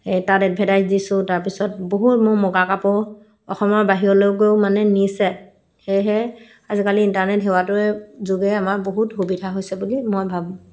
এই তাত এডভাৰটাইজ দিছোঁ তাৰপিছত বহুত মোৰ মুগাকাপোৰ অসমৰ বাহিৰলৈকৈয়ো মানে নিছে সেয়েহে আজিকালি ইণ্টাৰনেট সেৱাটোৱে যোগেৰে আমাৰ বহুত সুবিধা হৈছে বুলি মই ভাবোঁ